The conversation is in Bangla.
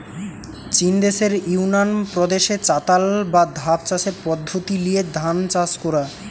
চিন দেশের ইউনান প্রদেশে চাতাল বা ধাপ চাষের পদ্ধোতি লিয়ে ধান চাষ কোরা